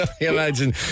imagine